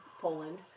Poland